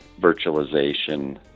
virtualization